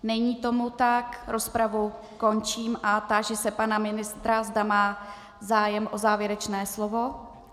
Není tomu tak, rozpravu končím a táži se pana ministra, zda má zájem o závěrečné slovo.